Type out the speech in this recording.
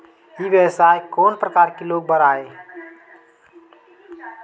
ई व्यवसाय कोन प्रकार के लोग बर आवे?